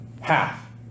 half